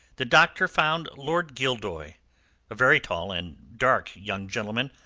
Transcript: the doctor found lord gildoy a very tall and dark young gentleman,